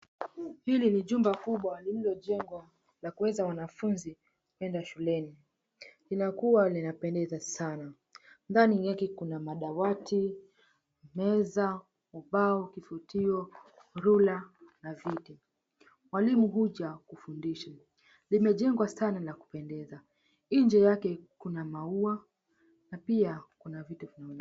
Hili ni jumba kubwa lililojengwa la kuweza wanafunzi kwenda shuleni. Linakuwa linapendeza sana. Ndani yake kuna madawati, meza, ubao, kifutio, rula na viti. Mwalimu huja kufundisha. Limejengwa sana na kupendeza. Hii nje yake kuna maua na pia kuna vitu vinaonekana.